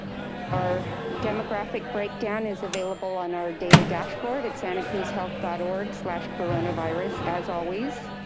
our demographic breakdown is available on our data dashboard at santacruzhealth dot org slash coronavirus as always.